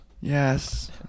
Yes